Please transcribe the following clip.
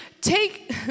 take